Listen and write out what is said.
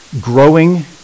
Growing